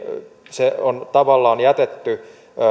se on tavallaan jätetty